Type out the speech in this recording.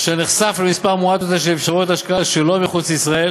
אשר נחשף למספר מועט יותר של אפשרויות השקעה שלא מחוץ לישראל